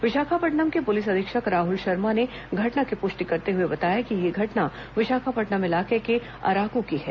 विशाखापट्नम के पुलिस अधीक्षक राहुल शर्मा ने घटना की पुष्टि करते हुए बताया कि यह घटना विशाखापट्नम इलाके के अराकू की है